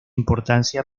importancia